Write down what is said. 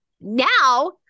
now